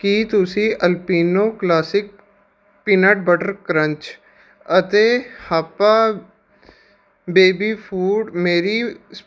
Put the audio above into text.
ਕੀ ਤੁਸੀਂ Alpino classic peanut butter crunch ਅਤੇ Happa baby food ਮੇਰੀ